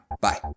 Bye